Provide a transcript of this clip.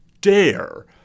dare